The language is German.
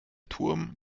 turm